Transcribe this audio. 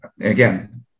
again